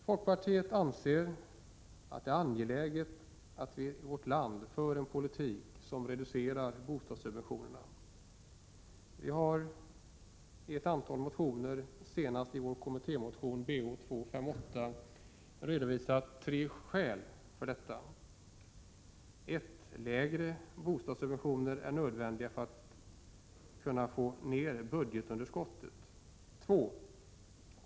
Folkpartiet anser att det är angeläget att vi i vårt land för en politik som gör det möjligt att reducera bostadssubventionerna. Vi har i ett antal motioner, senast i Bo258, redovisat tre skäl hörför: 1. Lägre bostadssubventioner är nödvändiga för att kunna få ned budgetens underskott. 2.